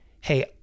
hey